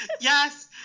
Yes